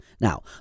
Now